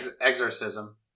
Exorcism